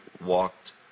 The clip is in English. walked